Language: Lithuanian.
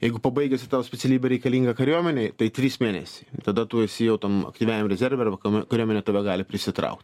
jeigu pabaigęs ir tavo specialybė reikalinga kariuomenei tai trys mėnesiai tada tu esi jau tam aktyviajam rezerve ir vaka kariuomenė tave gali prisitraukt